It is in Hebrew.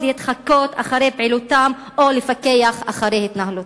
להתחקות אחרי פעילותן או לפקח על התנהלותן.